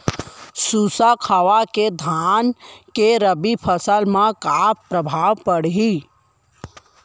शुष्क हवा के धान के रबि फसल मा का प्रभाव पड़ही?